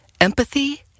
empathy